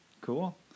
Cool